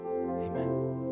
Amen